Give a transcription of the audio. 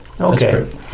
Okay